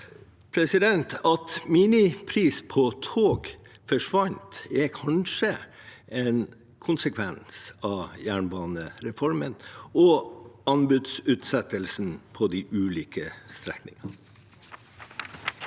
At minipris på tog forsvant, er kanskje en konsekvens av jernbanereformen og anbudsutsettelsen på de ulike strekningene.